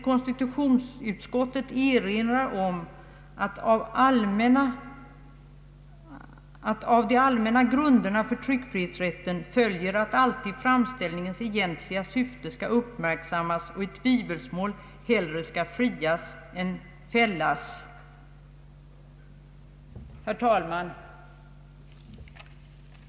Konstitutionsutskottets majoritet erinrar om ”att av de allmänna grunderna för tryckfrihetsrätten följer att alltid framställningens egentliga syfte skall uppmärksammas och i tvivelsmål hellre skall frias än fällas”. Herr talman!